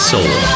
Soul